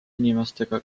inimestega